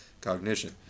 cognition